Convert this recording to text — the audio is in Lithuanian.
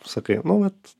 sakai nu vat